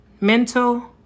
Mental